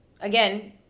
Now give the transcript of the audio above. again